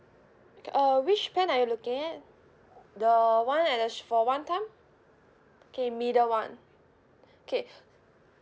okay uh which plan are you looking at the [one] at the for one time okay middle [one] okay